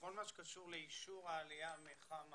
בכל מה שקשור לאישור העלייה מחבר העמים,